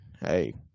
hey